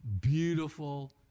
beautiful